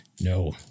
No